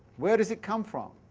where does it come from?